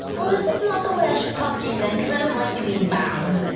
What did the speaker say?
oh, this is not the way i should talk to you then, because i don't like you being bound.